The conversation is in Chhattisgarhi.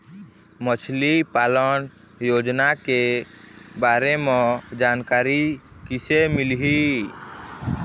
मछली पालन योजना के बारे म जानकारी किसे मिलही?